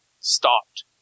stopped